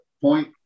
point